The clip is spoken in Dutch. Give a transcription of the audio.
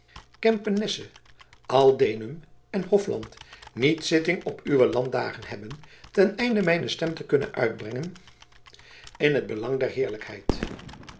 kempenesse aldenum en hofland niet zitting op uwe landdagen hebben ten einde mijne stem te kunnen uitbrengen in het belang der heerlijkheid